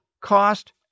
cost